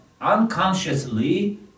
unconsciously